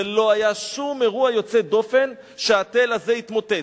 זה לא היה שום אירוע יוצא דופן שהתל הזה התמוטט.